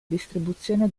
distribuzione